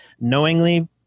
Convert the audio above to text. knowingly